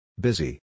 Busy